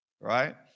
Right